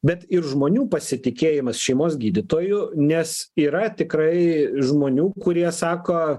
bet ir žmonių pasitikėjimas šeimos gydytoju nes yra tikrai žmonių kurie sako